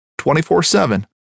24-7